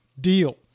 deal